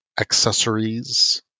accessories